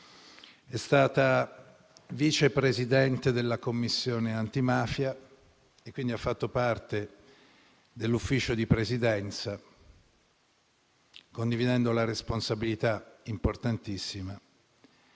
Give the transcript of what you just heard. È stata Vicepresidente della Commissione antimafia e, quindi, ha fatto parte dell'Ufficio di Presidenza, condividendo la responsabilità importantissima